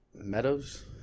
Meadows